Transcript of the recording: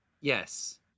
Yes